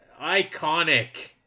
iconic